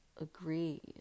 agree